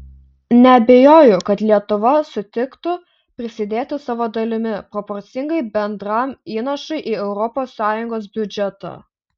neabejoju kad lietuva sutiktų prisidėti savo dalimi proporcingai bendram įnašui į europos sąjungos biudžetą